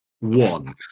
One